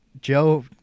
Joe